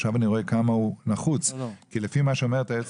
עכשיו אני רואה כמה הוא נחוץ כי לפי מה שאומרת היועצת